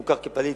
מוכר כפליט,